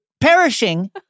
perishing